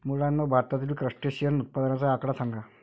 मुलांनो, भारतातील क्रस्टेशियन उत्पादनाचा आकडा सांगा?